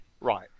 Right